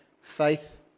faith